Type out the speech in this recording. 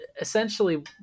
essentially